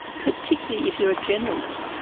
particularly if you are generalist.